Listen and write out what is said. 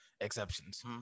exceptions